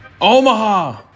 Omaha